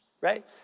Right